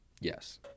Yes